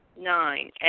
Nine